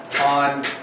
on